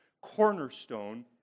cornerstone